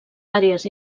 àrees